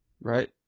right